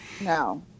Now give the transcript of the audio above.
No